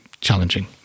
challenging